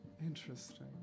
Interesting